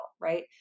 right